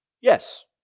Yes